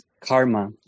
karma